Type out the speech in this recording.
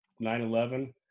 9/11